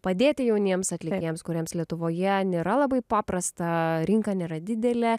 padėti jauniems atlikėjams kuriems lietuvoje nėra labai paprasta rinka nėra didelė